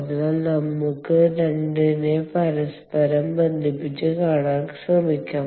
അതിനാൽ നമുക്ക് 2 നെ പരസ്പരം ബന്ധിപ്പിച്ച് കാണാൻ ശ്രമിക്കാം